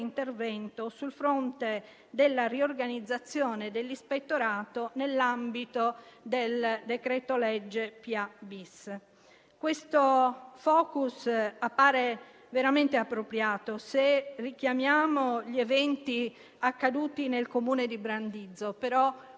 sul fronte della riorganizzazione dell'Ispettorato nell'ambito del decreto-legge pubblica amministrazione-*bis*. Questo *focus* appare veramente appropriato se richiamiamo gli eventi accaduti nel Comune di Brandizzo, però -